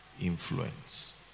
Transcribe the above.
influence